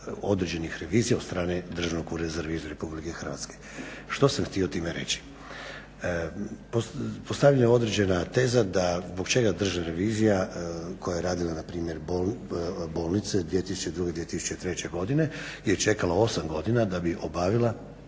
određenih revizija od strane Državnog ureda za reviziju RH. Što sam htio time reći? Postavljena je određena teza da zbog čega Državna revizija koja je radila npr. bolnice 2002., 2003.godine je čekala 8 godina da bi obavila